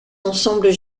ensembles